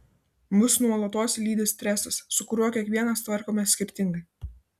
mus nuolatos lydi stresas su kuriuo kiekvienas tvarkomės skirtingai